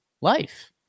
life